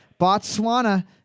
Botswana